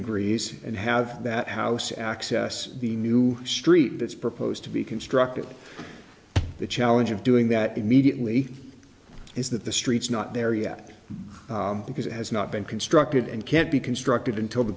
degrees and have that house access the new street that's proposed to be constructed the challenge of doing that immediately is that the streets not there yet because it has not been constructed and can't be constructed until the